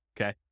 okay